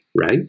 right